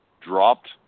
dropped